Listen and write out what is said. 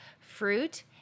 fruit